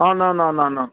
ആണ് ആണ് ആണ് ആണ്